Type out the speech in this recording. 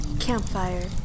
Campfire